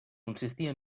consistia